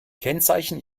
kennzeichen